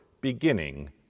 beginning